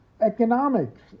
economics